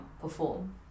perform